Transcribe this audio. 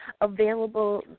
available